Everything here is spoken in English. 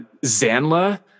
Zanla